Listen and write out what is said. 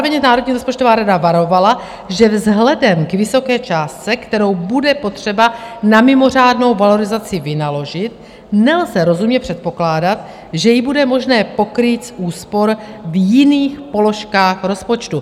Zároveň Národní rozpočtová rada varovala, že vzhledem k vysoké částce, kterou bude potřeba na mimořádnou valorizaci vynaložit, nelze rozumně předpokládat, že ji bude možné pokrýt z úspor v jiných položkách rozpočtu.